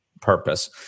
purpose